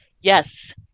Yes